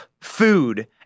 food